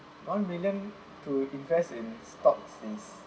one million to invest in in stocks is